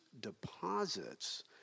deposits